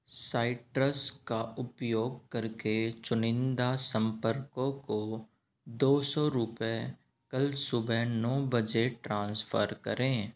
citrus का उपयोग करके चुनिंदा संपर्कों को दो सौ रुपये कल सुबह नौ बजे ट्रांसफ़र करें